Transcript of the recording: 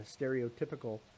stereotypical